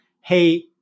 hey